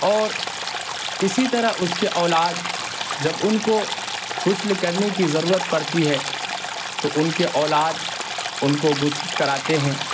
اور اسی طرح اس کے اولاد جب ان کو غسل کرنے کی ضرورت پڑتی ہے تو ان کے اولاد ان کو غسل کراتے ہیں